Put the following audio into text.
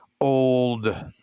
old